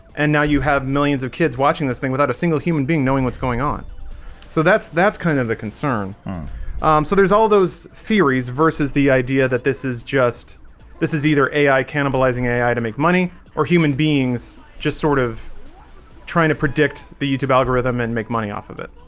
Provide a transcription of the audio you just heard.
and now you have millions of kids watching this thing without a single human being knowing what's going on so that's that's kind of a concern so there's all those theories versus the idea that this is just this is either ai cannibalizing ai to make money or human beings just sort of trying to predict the youtube algorithm and make money off of it